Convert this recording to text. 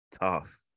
Tough